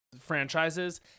franchises